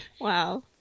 Wow